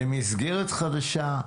למסגרת חדשה?